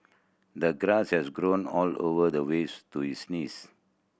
the grass has grown all over the ways to his knees